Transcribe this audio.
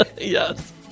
yes